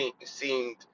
seemed